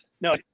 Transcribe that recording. No